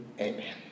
Amen